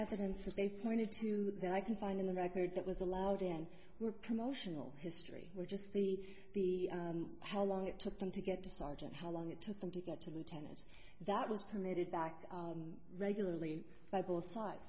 they pointed to that i can find in the records that was allowed in were promotional history which is the the how long it took them to get to sergeant how long it took them to get to the tent that was permitted back regularly by both sides